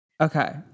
Okay